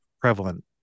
prevalent